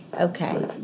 Okay